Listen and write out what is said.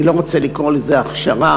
אני לא רוצה לקרוא לזה הכשרה,